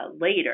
later